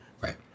right